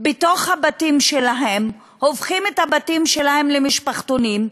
בבתים שלהן, הופכות את הבתים שלהן למשפחתונים.